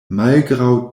malgraŭ